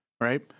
right